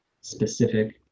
specific